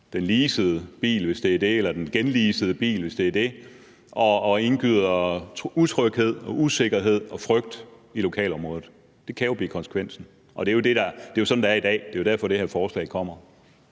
en leaset bil eller en genleaset bil og indgyder utryghed, usikkerhed og frygt i lokalområdet. Det kan jo blive konsekvensen, og det er jo sådan, det er i dag, og det er jo derfor, at det her forslag kommer.